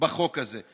בחוק הזה.